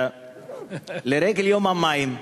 לרגל יום המים,